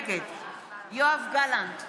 נגד יואב גלנט,